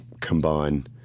combine